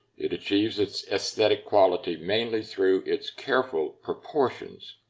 it achieves its aesthetic quality mainly through its careful proportions.